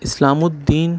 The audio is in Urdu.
اسلام الدین